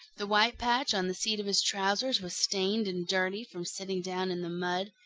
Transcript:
the white patch on the seat of his trousers was stained and dirty from sitting down in the mud.